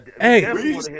Hey